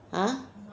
ah